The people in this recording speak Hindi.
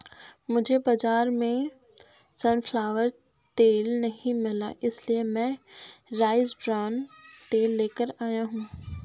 मुझे बाजार में सनफ्लावर तेल नहीं मिला इसलिए मैं राइस ब्रान तेल लेकर आया हूं